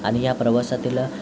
आणि ह्या प्रवासातील